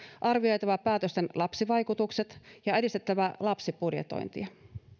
arvioitava päätösten lapsivaikutukset ja edistettävä lapsibudjetointia